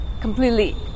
completely